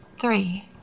Three